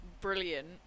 brilliant